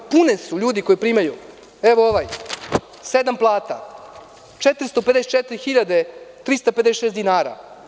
Pune su ljudi koji primaju, evo ovaj, sedam plata, 454.356 dinara.